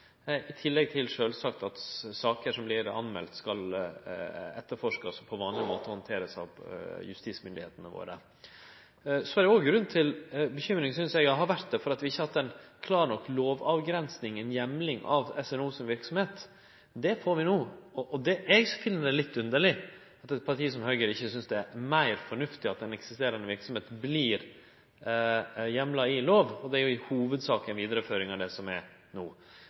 i tillegg til at saker som blir anmelde, skal bli etterforska og handtert på vanleg vis av justismyndigheitene våre. Så har det òg vore grunn til bekymring, syns eg, for at vi ikkje har hatt ei klar nok lovavgrensing – ein heimel for SNO si verksemd. Det får vi no. Og eg finn det litt underleg at eit parti som Høgre ikkje syns det er meir fornuftig at ei eksisterande verksemd vert heimla i lov, og det er jo i hovudsak ei vidareføring av det som er no.